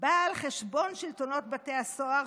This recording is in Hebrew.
באה על חשבון שלטונות בתי הסוהר,